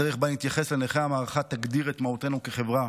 הדרך שבה נתייחס לנכי המערכה תגדיר את מהותנו כחברה.